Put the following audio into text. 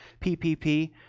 PPP